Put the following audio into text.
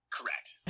Correct